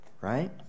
right